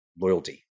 loyalty